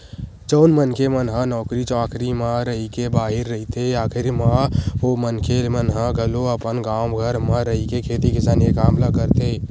जउन मनखे मन ह नौकरी चाकरी म रहिके बाहिर रहिथे आखरी म ओ मनखे मन ह घलो अपन गाँव घर म रहिके खेती किसानी के काम ल करथे